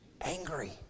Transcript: Angry